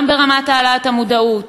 גם ברמת הגברת המודעות,